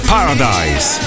Paradise